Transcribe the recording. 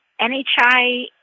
NHI